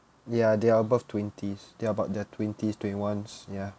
ya they are above twenties they are about their twenties twenty ones ya